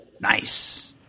Nice